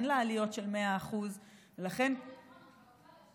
אין לה עליות של 100%. אבל הכול נכון,